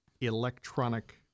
electronic